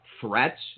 threats